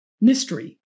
mystery